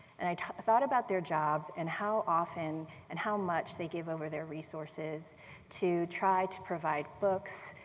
and i thought about their jobs and how often and how much they gave over their resources to try to provide books,